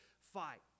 fight